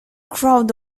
crowd